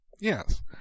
Yes